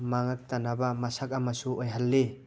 ꯃꯥꯡꯉꯛꯇꯅꯕ ꯃꯁꯛ ꯑꯃꯁꯨ ꯑꯣꯏꯍꯜꯂꯤ